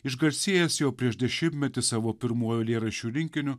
išgarsėjęs jau prieš dešimtmetį savo pirmuoju eilėraščių rinkiniu